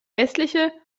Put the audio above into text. westliche